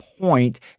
point